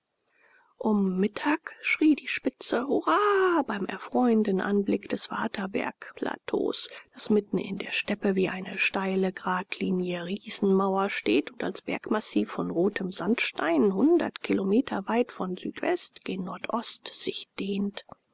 um mittag schrie die spitze hurra beim erfreuenden anblick des waterbergplateaus das mitten in der steppe wie eine steile gradlinige riesenmauer steht und als bergmassiv von rotem sandstein hundert kilometer weit von südwest gen nordost sich dehnt